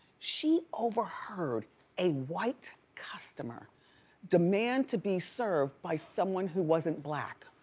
she overheard a white customer demand to be served by someone who wasn't black.